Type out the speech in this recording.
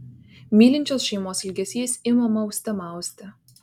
mylinčios šeimos ilgesys ima mauste mausti